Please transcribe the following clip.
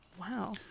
Wow